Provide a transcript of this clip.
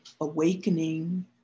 awakening